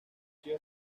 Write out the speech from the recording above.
sido